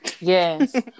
Yes